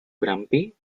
grumpy